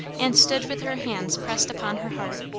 and stood with her hands pressed upon her heart,